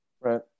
Right